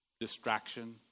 Distraction